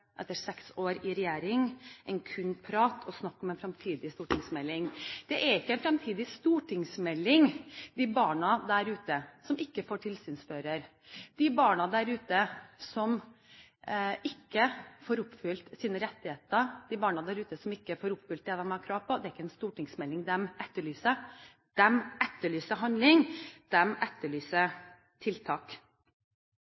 etter seks år i regjering enn kun prat og snakk om en fremtidig stortingsmelding. Det er ikke en fremtidig stortingsmelding de barna der ute som ikke får tilsynsfører, de barna der ute som ikke får oppfylt sine rettigheter, de barna der ute som ikke får oppfylt det de har krav på, etterlyser. De etterlyser handling. De etterlyser